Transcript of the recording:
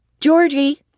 Georgie